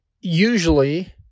usually